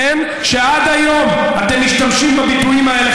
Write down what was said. ועד היום אתם משתמשים בביטויים האלה,